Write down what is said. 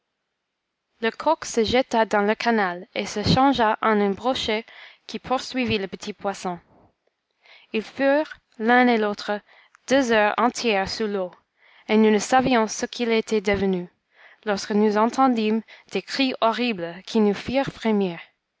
le coq se jeta dans le canal et se changea en un brochet qui poursuivit le petit poisson ils furent l'un et l'autre deux heures entières sous l'eau et nous ne savions ce qu'ils étaient devenus lorsque nous entendîmes des cris horribles qui nous firent